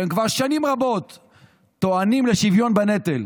שהם כבר שנים רבות טוענים, של שוויון בנטל.